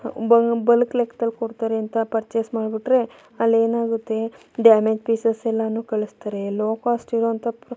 bulk ಲೆಕ್ದಲ್ಲಿ ಕೊಡ್ತಾರೆ ಅಂತ ಪರ್ಚೇಸ್ ಮಾಡ್ಬಿಟ್ರೆ ಅಲ್ಲೇನಾಗುತ್ತೆ ಡ್ಯಾಮೇಜ್ ಪೀಸಸ್ ಎಲ್ಲನೂ ಕಳಿಸ್ತಾರೆ ಲೋ ಕ್ವಾಸ್ಟ್ ಇರೋ ಅಂಥ